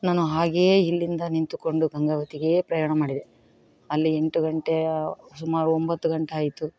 ನಾನು ಹಾಗೆಯೇ ಇಲ್ಲಿಂದ ನಿಂತುಕೊಂಡು ಗಂಗಾವತಿಗೆ ಪ್ರಯಾಣ ಮಾಡಿದೆ ಅಲ್ಲಿ ಎಂಟು ಗಂಟೆಯ ಸುಮಾರು ಒಂಬತ್ತು ಗಂಟೆ ಆಯಿತು